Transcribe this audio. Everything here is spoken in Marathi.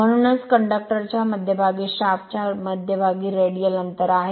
म्हणूनच कंडक्टर च्या मध्यभागी शाफ्ट च्या मध्यभागी रेडियल अंतर आहे